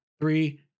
three